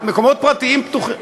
מקומות פרטיים פתוחים.